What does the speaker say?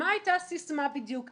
מה הייתה הסיסמה בדיוק?